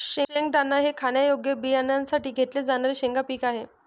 शेंगदाणा हे खाण्यायोग्य बियाण्यांसाठी घेतले जाणारे शेंगा पीक आहे